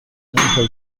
نمیخای